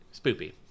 Spoopy